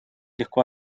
легко